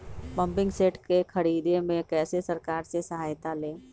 Pumping set के ख़रीदे मे कैसे सरकार से सहायता ले?